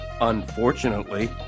Unfortunately